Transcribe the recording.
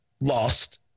Lost